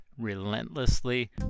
relentlessly